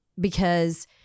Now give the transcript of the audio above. because-